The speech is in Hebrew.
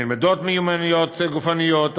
נלמדות מיומנויות גופניות,